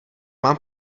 mám